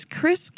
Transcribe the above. Chris